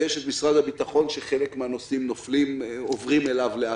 ויש את משרד הביטחון שחלק מן הנושאים עוברים אליו לאט-לאט.